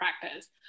practice